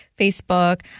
Facebook